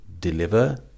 deliver